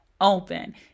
open